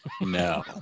No